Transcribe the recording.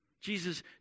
Jesus